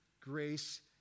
grace